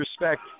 respect